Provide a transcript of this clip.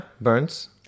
Burns